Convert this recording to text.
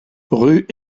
rue